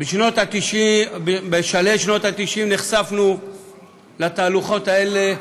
בשלהי שנות ה-90 נחשפנו לתהלוכות האלה,